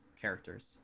characters